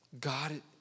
God